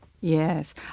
Yes